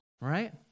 right